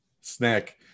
Snack